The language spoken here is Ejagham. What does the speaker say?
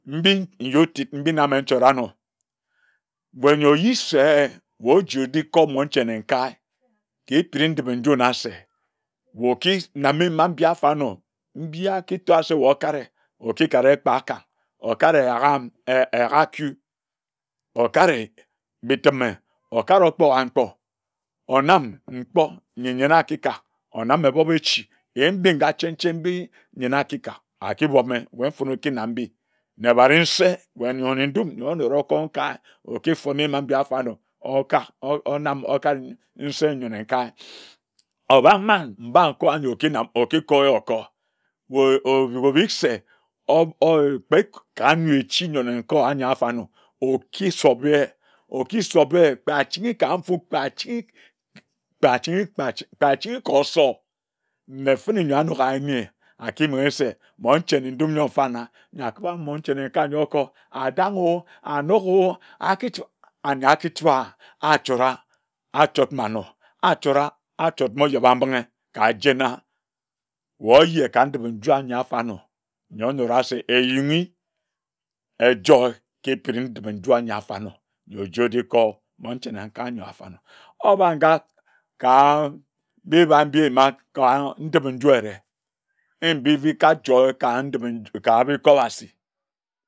Nji ntid njine namme nchoda anor neyor oyi se wae oji ojikor mmon nchane nkae ka ekpini ndipe-nju na se wae okiname ema ambine afanor mbia akitoar se wae okare okikare kpakar okare eyak amim eere eyak aku okare bitime okare okporankpor onam mkpom nyi nyen aikak onam ebobechi eebengha chen chen mbea nyen akika akibome wae mfone okina mbi na ebari nse wae nyor nne ndum nyor onoro okor nkae okifone ema mbi a fonor okak onam okare nyor nse nyor nnekae obak man mba nkowa nyor okinam okikoye okor wae obi rise kpek ka nne echi nkowa nyor afonor okisobe okisobe kpe achinghi ka nfuk kpe chinghi kpe achinghi kor osor nne fene nyor anok ayine aki menghe se mmon nchane ndum nyor mfana na akiba mmon nchane ka nyor okor adanoo anokoo akichu ane akichowa achora achod manor achora achod ojebambinghe kajena wae oje ka ndipe-nju anyi afonor nyor oyorase eringhi ejoer ka ekpini ndipe-nju anyi afanor wae oji oji kor mmon nchane nkae nyor afanor obanga ka deban de man ka ndipe-nju ere de mbibi eka joer ka ndipe nju kareke owasi